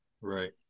Right